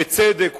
בצדק,